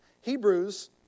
Hebrews